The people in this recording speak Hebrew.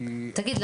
תגיד,